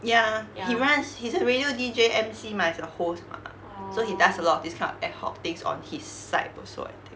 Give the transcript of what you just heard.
ya he runs he's a radio D J emcee mah he's a host mah so he does a lot of this kind of ad-hoc things on his side also I think